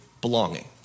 belonging